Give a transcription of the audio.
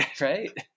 Right